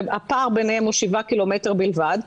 והפער ביניהם הוא 7 קמ' בלבד,